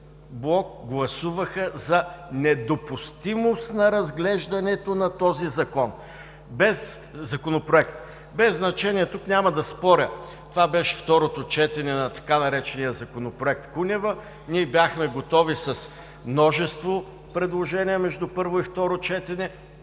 блок“ гласуваха за недопустимост на разглеждането на този Законопроект. Това беше второто четене на тъй наречения „Законопроект Кунева“. Не бяхме готови с множество предложения между първо и второ четене,